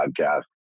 podcast